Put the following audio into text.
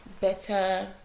better